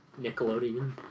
Nickelodeon